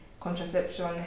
contraception